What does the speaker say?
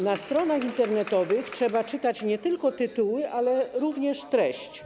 Na stronach internetowych trzeba czytać nie tylko tytuły, ale również treść.